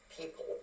people